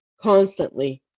constantly